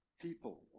people